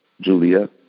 Julia